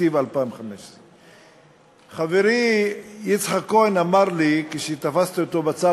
כתקציב 2015. חברי יצחק כהן אמר לי כשתפסתי אותו בצד,